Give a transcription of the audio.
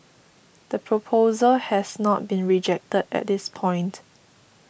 the proposal has not been rejected at this point